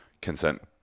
consent